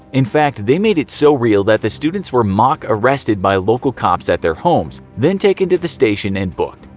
in fact, they made it so real that the students were mock arrested by local cops at their homes, then taken to the station and booked.